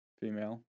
Female